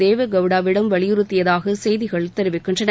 தேவே கவுடாவிடம் வலியுறுத்தியதாக செய்திகள் தெரிவிக்கின்றன